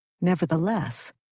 Nevertheless